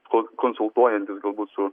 kon konsultuojantis galbūt su